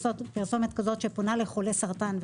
שפונה לחולי סרטן,